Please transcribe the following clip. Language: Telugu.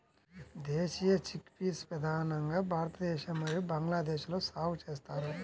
దేశీయ చిక్పీస్ ప్రధానంగా భారతదేశం మరియు బంగ్లాదేశ్లో సాగు చేస్తారు